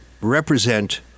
represent